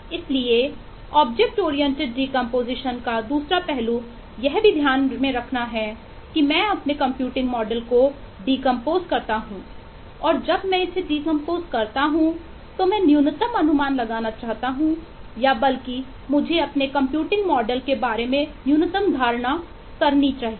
इसलिए object oriented decomposition के बारे में न्यूनतम धारणा करनी चाहिए